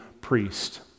priest